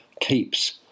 keeps